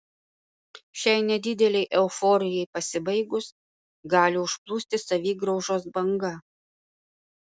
šiai nedidelei euforijai pasibaigus gali užplūsti savigraužos banga